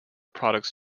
products